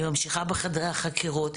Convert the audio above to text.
היא ממשיכה בחדרי החקירות,